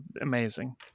amazing